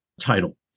title